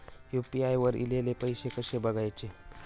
UPI वर ईलेले पैसे कसे बघायचे?